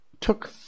took